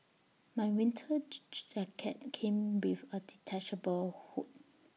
my winter jacket came with A detachable hood